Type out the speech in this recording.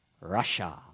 Russia